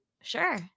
Sure